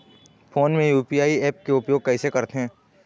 Phone मे UPI app के उपयोग कइसे करथे?